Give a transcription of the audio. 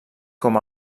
com